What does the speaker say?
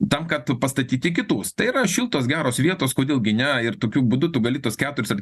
tam kad pastatyti kitus tai yra šiltos geros vietos kodėl gi ne ir tokiu būdu tu gali tuos keturis ar